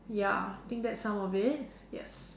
ya I think that's some of it yes